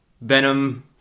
Venom